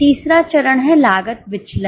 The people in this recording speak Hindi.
तीसरा चरण है लागत विचलन